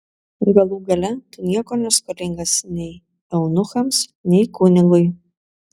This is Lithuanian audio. galų gale tu nieko neskolingas nei eunuchams nei kunigui